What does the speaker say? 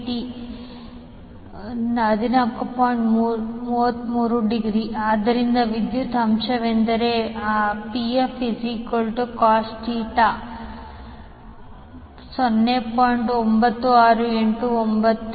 33° ಆದ್ದರಿಂದ ವಿದ್ಯುತ್ ಅಂಶವೆಂದರೆ pfcos 0